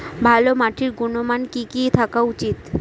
ভালো মাটির গুণমান কি কি থাকা উচিৎ?